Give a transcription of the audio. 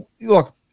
look